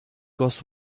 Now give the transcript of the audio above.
goss